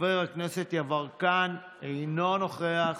חבר הכנסת אמסלם, אינו נוכח,